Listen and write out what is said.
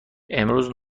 امروز